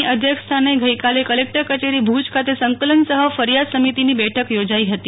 ના અધ્યક્ષસ્થાને કલેકટર કચેરી ભુજ ખાતે સંકલન સફ ફરિયાદ સમિતિની બેઠક યોજાઈ હતી